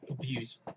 views